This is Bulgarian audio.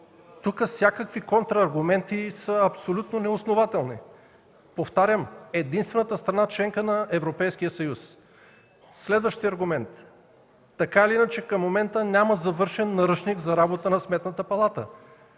Тук всякакви контрааргументи са абсолютно неоснователни. Повтарям, единствената страна – членка на Европейския съюз! Следващият аргумент. Така или иначе към момента няма завършен наръчник за работата на Сметната палата,